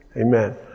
amen